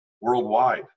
worldwide